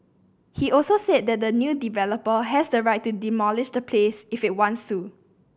he also said that the new developer has the right to demolish the place if it wants to